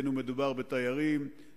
אם מדובר בתיירים,